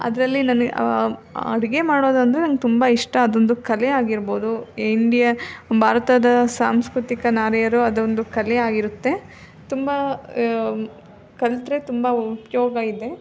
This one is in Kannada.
ಅದರಲ್ಲಿ ನನಗೆ ಅಡುಗೆ ಮಾಡೋದು ಅಂದರೆ ನಂಗೆ ತುಂಬ ಇಷ್ಟ ಅದೊಂದು ಕಲೆ ಆಗಿರ್ಬೋದು ಇಂಡಿಯಾ ಭಾರತದ ಸಾಂಸ್ಕೃತಿಕ ನಾರಿಯರು ಅದೊಂದು ಕಲೆ ಆಗಿರುತ್ತೆ ತುಂಬ ಕಲಿತ್ರೆ ತುಂಬ ಉಪಯೋಗ ಇದೆ